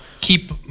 keep